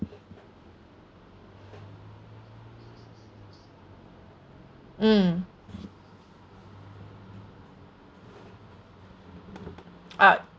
mm ah